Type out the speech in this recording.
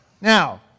Now